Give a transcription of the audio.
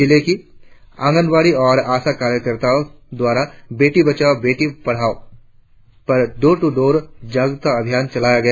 जिले की आगंनबाड़ी और आशा कार्यकर्ताओं द्वारा बेटी बचाओ बेटी पढ़ाओं पर डोर टू डोर जागरुकता अभियान चलाया गया